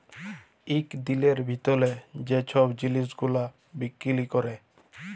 ইক দিলের ভিতরে যে ছব জিলিস গুলা বিক্কিরি ক্যরে